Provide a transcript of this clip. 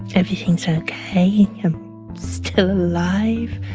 everything's ok. i'm still alive.